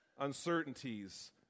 uncertainties